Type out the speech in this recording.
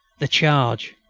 the charge!